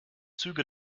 züge